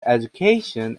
education